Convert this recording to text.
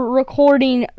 recording